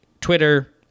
twitter